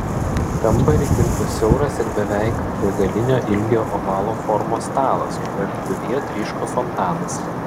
kambarį kirto siauras ir beveik begalinio ilgio ovalo formos stalas kurio viduryje tryško fontanas